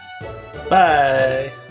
Bye